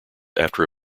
after